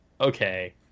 okay